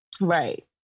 right